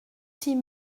sept